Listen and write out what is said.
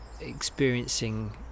experiencing